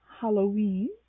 Halloween